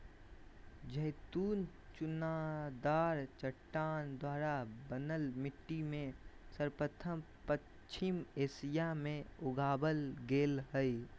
जैतून चुनादार चट्टान द्वारा बनल मिट्टी में सर्वप्रथम पश्चिम एशिया मे उगावल गेल हल